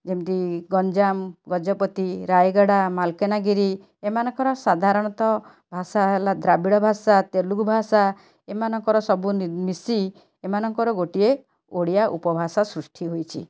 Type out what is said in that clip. ଯେମିତି ଗଞ୍ଜାମ ଗଜପତି ରାୟଗଡ଼ା ମାଲକାନଗିରି ଏମାନଙ୍କର ସାଧାରଣତଃ ଭାଷା ହେଲା ଦ୍ରାବିଡ଼ ଭାଷା ତେଲୁଗୁ ଭାଷା ଏମାନଙ୍କର ସବୁ ମିଶି ଏମାନଙ୍କର ଗୋଟିଏ ଓଡ଼ିଆ ଉପଭାଷା ସୃଷ୍ଟି ହୋଇଛି